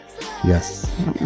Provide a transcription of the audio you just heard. Yes